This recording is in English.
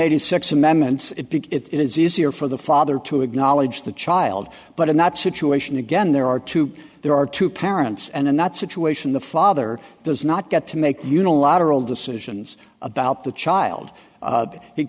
hundred six amendments it is easier for the father to acknowledge the child but in that situation again there are two there are two parents and in that situation the father does not get to make unilateral decisions about the child